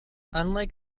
unlike